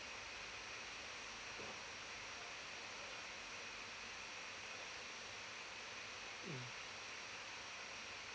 mm